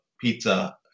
pizza